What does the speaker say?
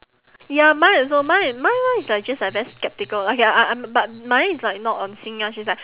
ya mine also mine mine [one] is like just like very skeptical okay I'm I'm but mine is like not on sing lah she's like